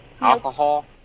Alcohol